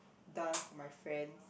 done for my friends